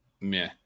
meh